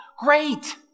Great